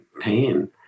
pain